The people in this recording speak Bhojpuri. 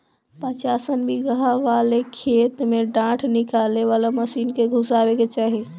पचासन बिगहा वाले खेत में डाँठ निकाले वाला मशीन के घुसावे के चाही